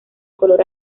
color